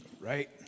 right